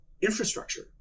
infrastructure